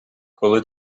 коли